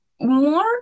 more